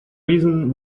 reason